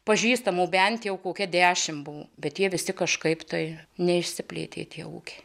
pažįstamų bent jau kokia dešimt buvo bet jie visi kažkaip tai neišsiplėtė tie ūkiai